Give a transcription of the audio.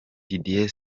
didier